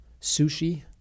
sushi